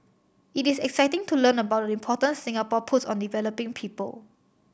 it is exciting to learn about the importance Singapore puts on developing people